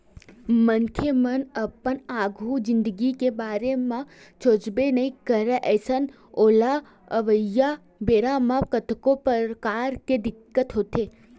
मनखे मन अपन आघु जिनगी के बारे म सोचबे नइ करय अइसन ओला अवइया बेरा म कतको परकार के दिक्कत होथे